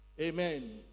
Amen